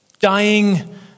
dying